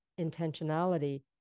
intentionality